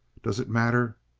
does it matter?